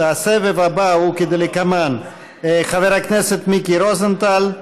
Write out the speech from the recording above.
הסבב הבא הוא כדלקמן: חבר הכנסת מיקי רוזנטל,